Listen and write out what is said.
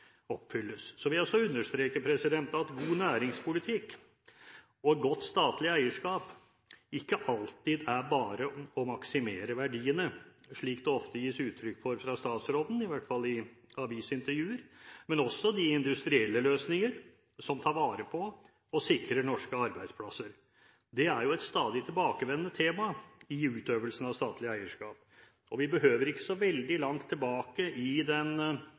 oppfylles. Så vil jeg også understreke at god næringspolitikk og godt statlig eierskap ikke alltid er bare å maksimere verdien, slik det ofte gis uttrykk for fra statsråden, i hvert fall i avisintervjuer, men også industrielle løsninger som tar vare på og sikrer norske arbeidsplasser. Det er et stadig tilbakevendende tema i utøvelsen av statlig eierskap, og vi behøver ikke gå så veldig langt tilbake i den